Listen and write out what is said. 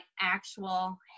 actual